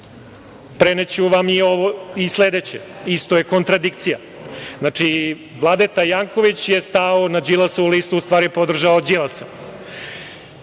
ekipa? Preneću vam i sledeće, isto je kontradikcija. Znači, Vladeta Janković je stao na Đilasovu listu, u stvari podržao je Đilasa.